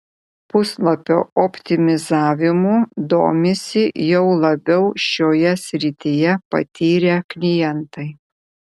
puslapio optimizavimu domisi jau labiau šioje srityje patyrę klientai